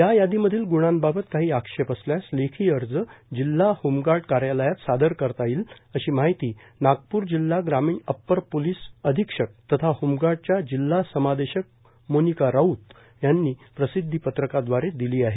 या यादीमधील ग्णांबाबत काही आक्षेप असल्यास लेखी अर्ज जिल्हा होमगार्ड कार्यालयात सादर करता येतील अशी माहिती नागपूर जिल्हा ग्रामीण अपर पोलीस अधिक्षक तथा होमगार्डच्या जिल्हा समादेशक मोनिका राऊत यांनी प्रसिध्दीपत्रकाद्वारे दिली आहे